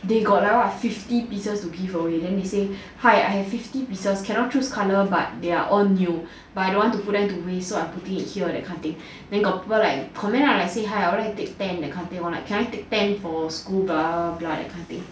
they got out of fifty pieces to give away then they say hi I have fifty pieces cannot choose colour but they are all new but I don't want to put them to waste so I putting it here that kind of thing then got people like comment ah say hi I would like take ten they were like can I take ten for school blah blah blah that kind of thing